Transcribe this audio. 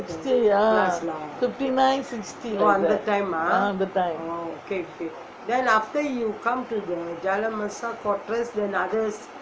fifty nine sixty ah அந்த:antha time